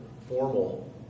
formal